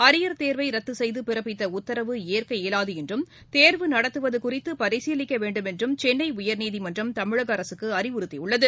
arrear தேர்வை ரத்து செய்து பிறப்பித்த உத்தரவு ஏற்க இயலாது என்றும் தேர்வு நடத்தவது குறித்து பரிசீலிக்க வேண்டும் என்றும் சென்னை உயர்நீதிமன்றம் தமிழக அரசுக்கு அறிவுறுத்தியுள்ளது